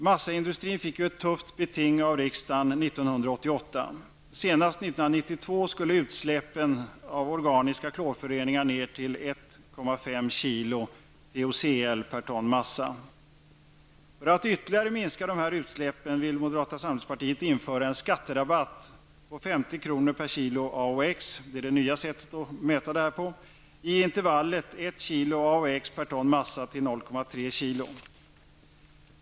Massaindustrin fick ju ett tufft beting av riksdagen 1988. Senast år 1992 skulle utsläppen av organiska klorföreningar ner till 1,5 kilo TOC1 per ton massa. För att ytterligare minska dessa utsläpp vill moderata samlingspartiet införa en skatterabatt på 50 kr. per kilo AOX -- som är det nya sättet att mäta detta -- i intervallet 1 kilo till 0,3 kilo AOX per ton massa.